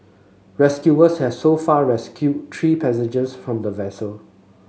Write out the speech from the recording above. rescuers has so far rescued three passengers from the vessel